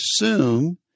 assume